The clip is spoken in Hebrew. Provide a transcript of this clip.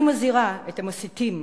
אני מזהירה את המסיתים